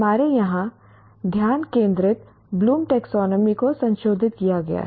हमारे यहाँ ध्यान केंद्रित ब्लूम टैक्सोनॉमी Bloom's taxonomy को संशोधित किया गया है